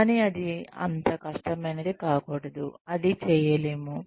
కానీ అది అంత కష్టమైనది కాకూడదు అది చేయలేము